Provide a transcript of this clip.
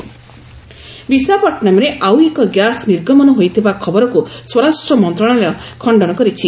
MHA denial ବିଶାଖାପଟନମ୍ରେ ଆଉ ଏକ ଗ୍ୟାସ୍ ନିର୍ଗମନ ହୋଇଥିବା ଖବରକୁ ସ୍ୱରାଷ୍ଟ୍ର ମନ୍ତ୍ରଣାଳୟ ଖଣ୍ଡନ କରିଛି